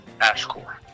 AshCore